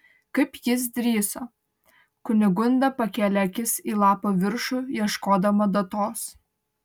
kaip jis drįso kunigunda pakėlė akis į lapo viršų ieškodama datos